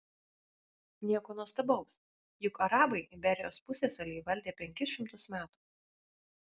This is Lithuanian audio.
nieko nuostabaus juk arabai iberijos pusiasalį valdė penkis šimtus metų